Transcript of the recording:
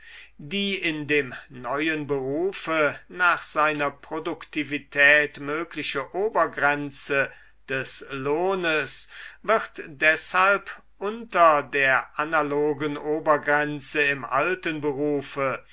die in dem neuen berufe nach seiner produktivität mögliche obergrenze des lohnes wird deshalb unter der analogen obergrenze im alten berufe